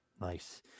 nice